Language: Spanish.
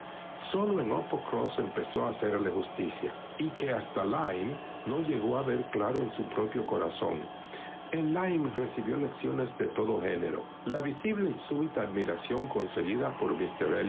sólo en uppercross empezó a hacerle justicia y que hasta lyme no llegó a ver claro en su propio corazón en lyme recibió lecciones de todo género la visible y súbita admiración concebida por